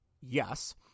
Yes